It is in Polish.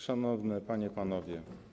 Szanowne Panie i Panowie!